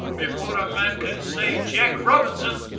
before a man can say jack robinson!